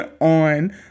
on